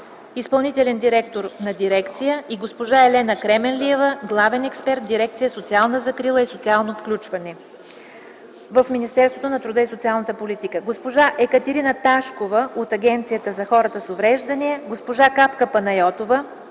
– и.д. директор на дирекция, и госпожа Елена Кременлиева – главен експерт в дирекция „Социална закрила и социално включване” в Министерството на труда и социалната политика, госпожа Екатерина Ташкова от Агенцията за хората с увреждания, госпожа Капка Панайотова